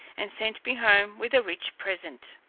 and sent me home with a rich present.